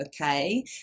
okay